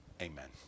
Amen